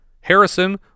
harrison